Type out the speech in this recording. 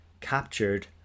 captured